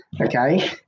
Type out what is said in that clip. Okay